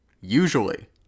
Usually